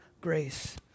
grace